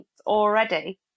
already